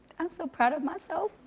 i'm so proud of myself.